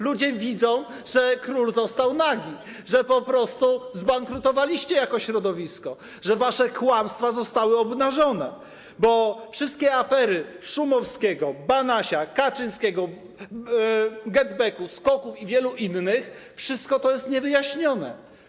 Ludzie widzą, że król został nagi, że po prostu zbankrutowaliście jako środowisko, że wasze kłamstwa zostały obnażone, bo wszystkie afery: Szumowskiego, Banasia, Kaczyńskiego, GetBacku, SKOK-ów i wielu innych - wszystko to jest niewyjaśnione.